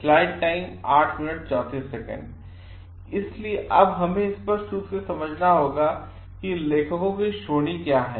अब हमें स्पष्ट रूप से समझना होगा कि लेखकों की श्रेणियां क्या हैं